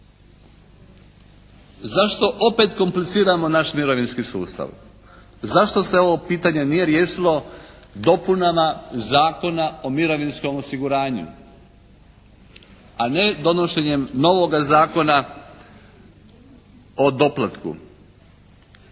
Zašto opet kompliciramo naš mirovinski sustav? Zašto se ovo pitanje nije riješilo dopunama Zakona o mirovinskom osiguranju, a ne donošenjem novoga zakona o doplatku,